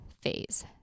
phase